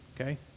okay